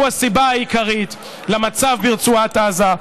הוא הסיבה העיקרית למצב ברצועת עזה,